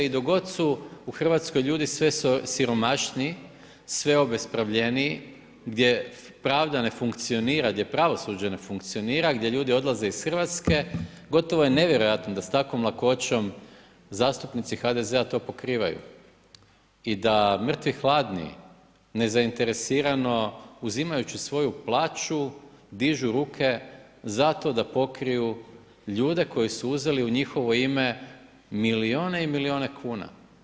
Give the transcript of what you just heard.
I dok god su u Hrvatskoj ljudi sve siromašniji, sve obespravljeniji, gdje pravda ne funkcionira, gdje pravosuđe ne funkcionira gdje ljudi odlaze iz Hrvatske, gotovo je nevjerojatno da s takvom lakoćom zastupnici HDZ-a to pokrivaju i da mrtvi hladni, nezainteresirano uzimajući svoju plaću dižu ruke zato da pokriju ljude koji su uzeli u njihovo ime milijune i milijune kuna.